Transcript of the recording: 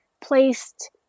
placed